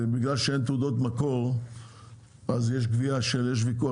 כתוצאה מזה שאין תעודות מקור אז יש קביעה ויש ויכוח